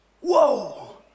Whoa